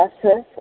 process